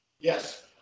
Yes